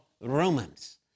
Romans